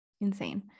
Insane